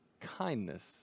kindness